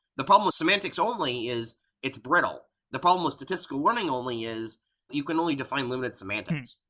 the problem with semantics only is its brittle. the problem with statistical learning only is you can only define limited semantics.